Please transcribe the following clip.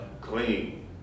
clean